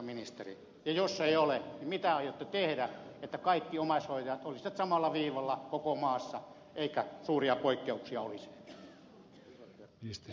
ja jos eivät ole niin mitä aiotte tehdä jotta kaikki omaishoitajat olisivat samalla viivalla koko maassa eikä suuria poikkeuksia olisi